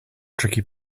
tricky